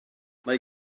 mae